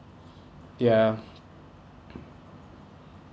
ya